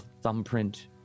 thumbprint